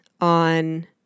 on